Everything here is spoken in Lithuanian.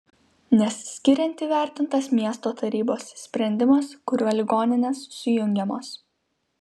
nes skiriant įvertintas miesto tarybos sprendimas kuriuo ligoninės sujungiamos